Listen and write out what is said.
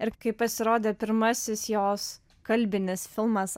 ir kai pasirodė pirmasis jos kalbinis filmas